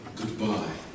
goodbye